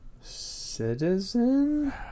citizen